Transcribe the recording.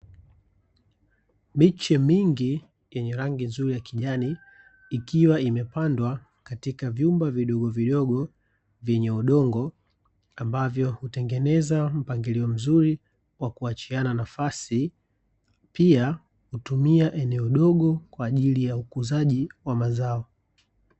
Miche mingi yenye rangi nzuri ya kijani ikiwa imepandwa katika vyumba vidogovidogo vyenye udongo, ambavyo hutengeneza mpangilio mzuri wa kuachiana nafasi pia hutumia eneo dogo kwa ajili ya ukuzaji wa mazao.